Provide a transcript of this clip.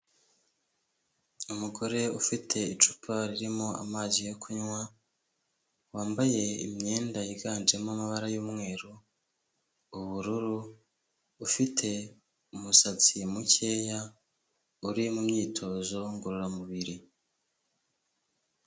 Umugore ufite icupa ririmo amazi yo kunywa, wambaye imyenda yiganjemo amabara y'umweru, ubururu, ufite umusatsi mukeya, uri mu myitozo ngororamubiri.